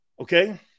Okay